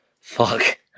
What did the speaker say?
fuck